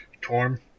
Torm